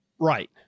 Right